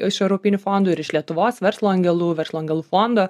iš europinių fondų ir iš lietuvos verslo angelų verslo angelų fondo